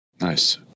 Nice